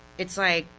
it's like,